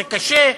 זה קשה,